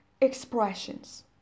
Expressions